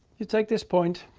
you take this point,